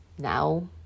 Now